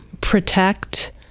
protect